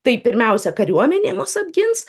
tai pirmiausia kariuomenė mus apgins